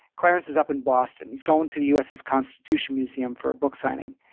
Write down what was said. clarence is up in boston. he's going to the uss constitution museum for a book signing.